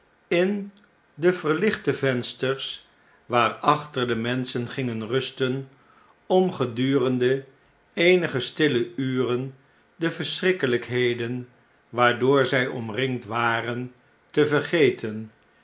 in de verlichte vensters waarachter de menschen gingen rusten om gedurende eenige stille uren de verschrikkelh'kheden waardoor zij omringd waren te vergeten